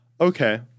okay